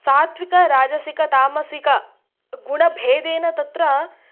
सात्विकं राजसिकं तामसिकं गुणभेदेन तत्र